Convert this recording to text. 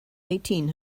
eighteen